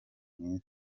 mwiza